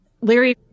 Larry